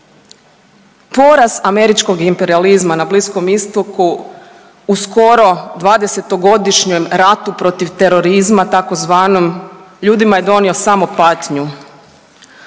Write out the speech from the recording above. Poraz američkog imperijalizma na Bliskom Istoku u skoro 20 godišnjem ratu protiv terorizma tako zvanom ljudima je donio samo patnju.